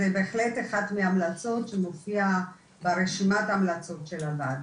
זו בהחלט אחת ההמלצות המופיעה ברשימת ההמלצות של הוועדה.